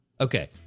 Okay